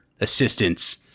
assistance